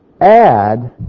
add